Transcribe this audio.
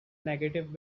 negative